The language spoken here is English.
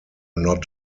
not